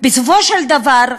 בסופו של דבר,